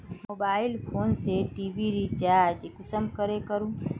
Mobile phone से TV recharge कुंसम करे करूम?